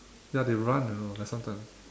ya they run you know like sometimes